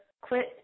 quit